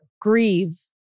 grieve